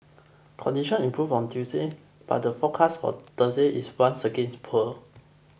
condition improved on Tuesday but the forecast for Thursday is once again poor